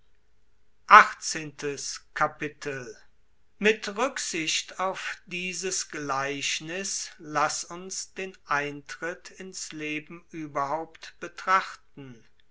mit rücksicht auf dieses gleichniß laß uns den eintritt in's leben überhaupt betrachten